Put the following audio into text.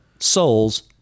souls